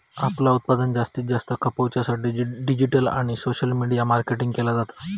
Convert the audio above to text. आपला उत्पादन जास्तीत जास्त खपवच्या साठी डिजिटल आणि सोशल मीडिया मार्केटिंग केला जाता